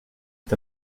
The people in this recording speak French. est